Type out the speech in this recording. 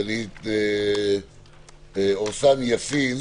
עורסאן יאסין,